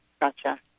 Gotcha